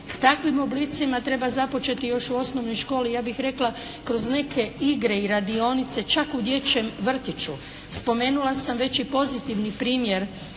S takvim oblicima treba započeti još u osnovnoj školi. Ja bih rekla kroz neke igre i radionice čak u dječjem vrtiću. Spomenula sam već i pozitivni primjer